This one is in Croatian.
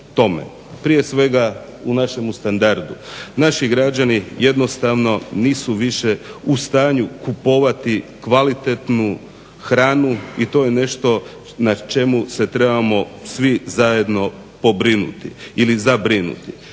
Prije svega u našemu standardu. Naši građani jednostavno nisu više u stanju kupovati kvalitetnu hranu i to je nešto na čemu se trebamo svi zajedno pobrinuti ili zabrinuti.